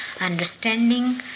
understanding